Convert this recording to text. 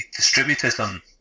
distributism